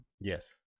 yes